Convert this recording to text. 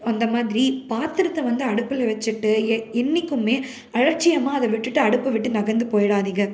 அந்த மாதிரி பாத்திரத்தை வந்து அடுப்பில் வெச்சுட்டு எ என்றைக்குமே அலட்சியமாக அதை விட்டுட்டு அடுப்பை விட்டு நகர்ந்து போய்டாதீங்க